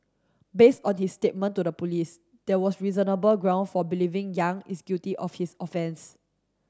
based on his statement to the police there was reasonable ground for believing Yang is guilty of his offence